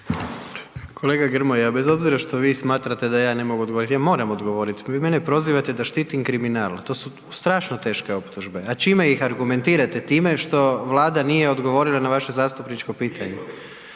Kolega Grmoja, bez obzira što vi smatrate da ja ne mogu odgovoriti, ja moram odgovoriti, vi mene prozivate da štitim kriminal. To su strašno teške optužbe. A čime ih argumentirate, time što Vlada nije odgovorila na vaše zastupničko pitanje?